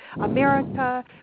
America